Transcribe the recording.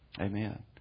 Amen